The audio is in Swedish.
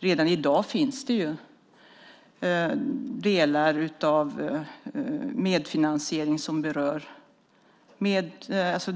Redan i dag finns det medfinansiering av